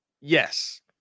Yes